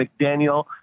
McDaniel